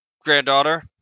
granddaughter